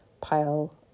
pile